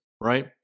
right